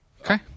Okay